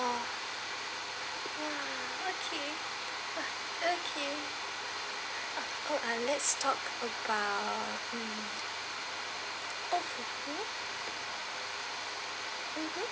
oh ya okay okay oh uh let's talk about oh mmhmm